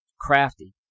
crafty